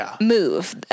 move